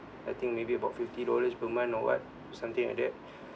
I think maybe about fifty dollars per month or [what] something like that